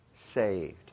saved